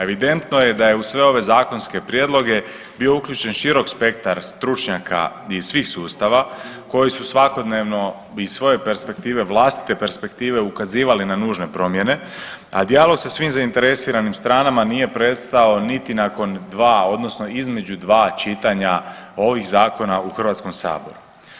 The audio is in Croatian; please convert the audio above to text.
Evidentno je da je u sve ove zakonske prijedloge bio uključen širok spektar stručnjaka iz svih sustava koji su svakodnevno iz svoje perspektive, vlastite perspektive ukazivali na nužne promjene, a dijalog sa svim zainteresiranim stranama nije prestao niti nakon 2 odnosno između 2 čitanja ovih zakona u Hrvatskom saboru.